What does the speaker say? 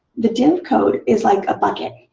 the div code is like a bucket